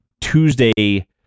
Tuesday